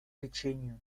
лечению